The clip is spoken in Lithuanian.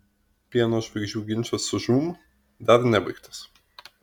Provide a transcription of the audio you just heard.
pieno žvaigždžių ginčas su žūm dar nebaigtas